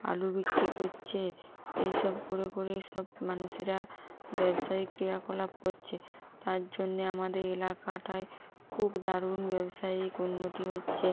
আলু বিক্রি করছে এই সব করে করে সব মানুষেরা ব্যবসায়ী ক্রিয়াকলাপ করছে তার জন্য আমাদের এলাকাটায় খুব দারুণ ব্যবসায়ীক উন্নতি হচ্ছে